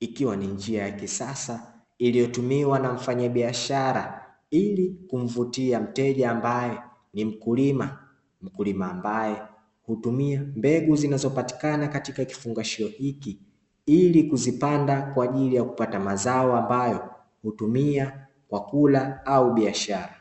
ikiwa ni njia ya kisasa iliyotumiwa na mfanyara ili kmvutia mteja ambaye ni mkulima, mkulima ambaye hutumia mbegu zinazopatikana katika kifungashio hichi ili kuzipanda kwa ajili ya kupata mazao ambayo hutumia kwa kula au biashara.